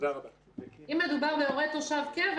אם מדובר בהורה תושב קבע,